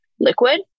liquid